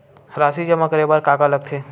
राशि जमा करे बर का का लगथे?